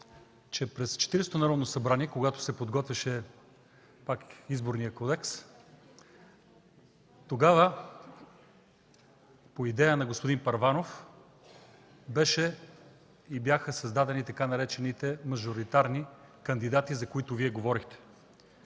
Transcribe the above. Четиридесетото Народно събрание, когато пак се подготвяше Изборния кодекс, тогава по идея на господин Първанов бяха създадени така наречените „мажоритарни кандидати”, за които Вие говорихте.